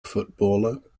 footballer